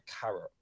carrot